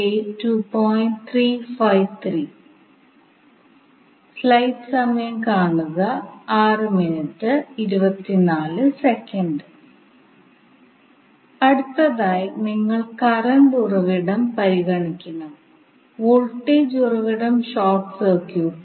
DC സർക്യൂട്ടുകളുടെ കാര്യത്തിൽ നമ്മൾ ചെയ്തതിന് സമാനമായ രീതിയിലാണ് രണ്ടാമത്തെ ഘട്ടം നടപ്പിലാക്കുന്നത്